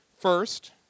First